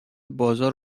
بازار